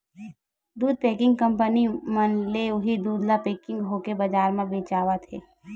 दू packing company मन ले उही दूद ह पेकिग होके बजार म बेचावत हे